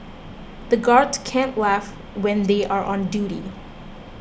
the guards can't laugh when they are on duty